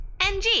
NG